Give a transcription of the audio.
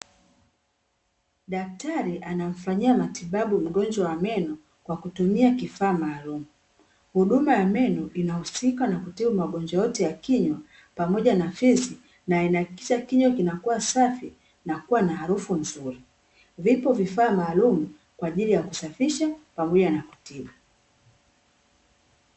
Daktari anamfanyia matibabu mgonjwa wa meno kwa kutumia kifaa maalumu. Huduma ya meno inahusika na kutibu magonjwa yote ya kinywa pamoja na fizi na inahakikisha kinywa kinakuwa safi na kuwa na harufu nzuri. Vipo vifaa maalumu kwa ajili ya kusafisha pamoja na kutibu.